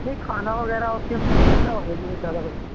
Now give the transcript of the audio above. ਨਈਂ ਖਾਣਾ ਵਗੈਰਾ ਓਥੇ ਵਧੀਆ ਹੋਵੇ ਬਹੁਤ ਜਿਆਦਾ ਵਧੀਆ ਹੋਵੇ